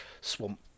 swamp